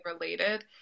related